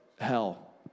hell